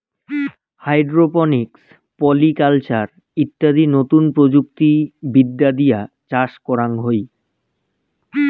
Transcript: hydroponics, polyculture ইত্যাদি নতুন প্রযুক্তি বিদ্যা দিয়ে চাষ করাঙ হই